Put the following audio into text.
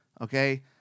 okay